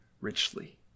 richly